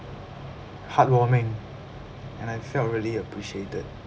heartwarming and I felt really appreciated